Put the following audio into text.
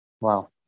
Wow